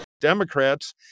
Democrats